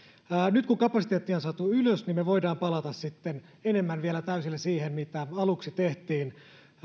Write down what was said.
nyt kun kapasiteettia on saatu ylös niin me voimme palata sitten enemmän vielä täysillä siihen mitä aluksi tehtiin